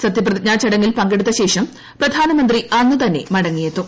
സത്യപ്രതിജ്ഞാ ചടങ്ങിൽ പങ്കെടുത്തശേഷം പ്രധാനമന്ത്രി അന്നു തന്നെ മടങ്ങിയെത്തും